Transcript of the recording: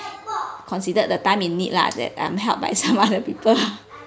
considered the time in need lah that I'm helped by some other people